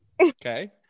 Okay